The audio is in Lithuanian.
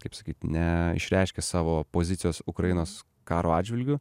kaip sakyt neišreiškė savo pozicijos ukrainos karo atžvilgiu